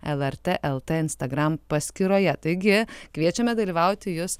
lrt lt instagram paskyroje taigi kviečiame dalyvauti jus